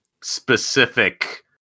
specific